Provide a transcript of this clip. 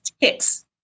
ticks